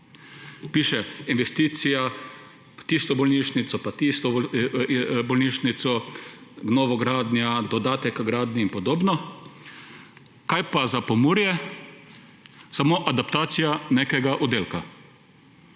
Piše – investicija v tisto bolnišnico pa v tisto bolnišnico, novogradnja, dodatek h gradnji in podobno. Kaj pa za Pomurje? Samo adaptacija nekega oddelka.